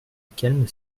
calme